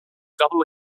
double